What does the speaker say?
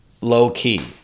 low-key